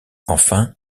enfin